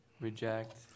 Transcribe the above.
reject